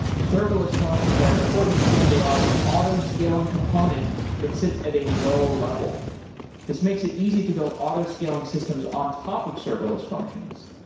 serverless functions are important, because they are an auto-scaling component that sits at a low-level. this makes it easy to build auto-scaling systems on top of serverless functions.